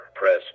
Press